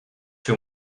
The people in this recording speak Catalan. fer